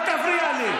אל תפריע לי.